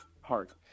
Heart